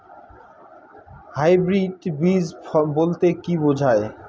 Hybrid বীজ বলতে কী বোঝায়?